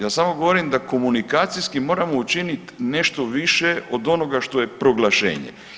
Ja samo govorim da komunikacijski moramo učiniti nešto više od onoga što je proglašenje.